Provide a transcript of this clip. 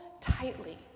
tightly